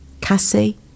Cassie